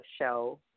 show